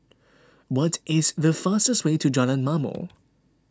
what is the fastest way to Jalan Ma'mor